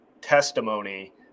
testimony